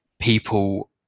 people